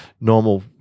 normal